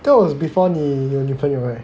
that was before 你有女朋友 right